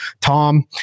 Tom